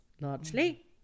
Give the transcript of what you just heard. Largely